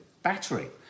Battery